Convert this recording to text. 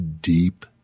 deep